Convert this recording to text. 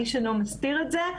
איש אינו מסתיר את זה.